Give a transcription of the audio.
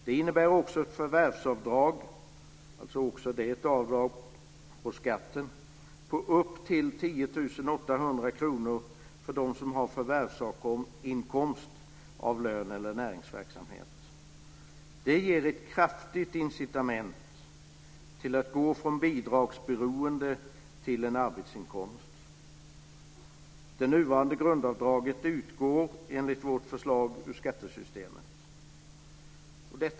Det innebär också ett förvärvsavdrag på upp till 10 800 kr för dem som har förvärvsinkomst av lön eller näringsverksamhet. Det ger ett kraftigt incitament till att gå från bidragsberoende till en arbetsinkomst. Det nuvarande grundavdraget utgår enligt vårt förslag ur skattesystemet.